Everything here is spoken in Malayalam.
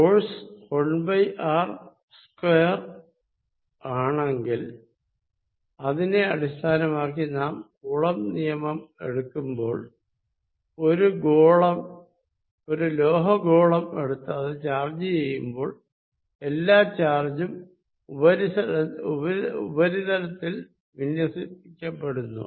ഫോഴ്സ് 1r സ്ക്വയർ ആണെങ്കിൽ അതിനെ അടിസ്ഥാനമാക്കി നാം കൂളംബ് നിയമം എടുക്കുമ്പോൾ ഒരു ഗോളം ഒരു ലോഹഗോളം എടുത്ത് അത് ചാർജ് ചെയ്യുമ്പോൾ എല്ലാ ചാർജ്ഉം ഉപരിതലത്തിൽ വിന്യസിക്കപ്പെടുന്നു